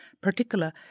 particular